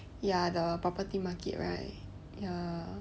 ya the property market right ya